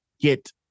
get